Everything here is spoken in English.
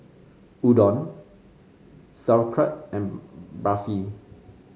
Udon Sauerkraut and Barfi